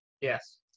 Yes